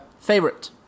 favorite